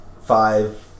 Five